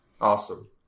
Awesome